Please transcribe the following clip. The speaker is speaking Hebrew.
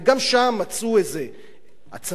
וגם שם מצאו איזה עצמות.